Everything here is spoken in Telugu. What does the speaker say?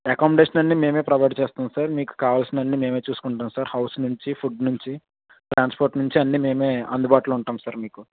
అకామిడేషన్ అన్నీ మేము ప్రొవైడ్ చేస్తాం సార్ మీకు కావాల్సినవి అన్నీ మేము చూసుకుంటాం సార్ హౌస్ నుంచి ఫుడ్ నుంచి ట్రాన్స్పోర్ట్ నుంచి అన్నీ మేము అందుబాటులో ఉంటాం సార్ మీకు